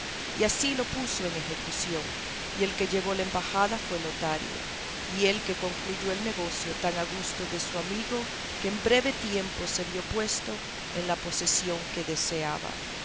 y así lo puso en ejecución y el que llevó la embajada fue lotario y el que concluyó el negocio tan a gusto de su amigo que en breve tiempo se vio puesto en la posesión que deseaba